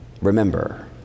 Remember